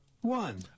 one